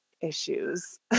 issues